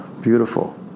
Beautiful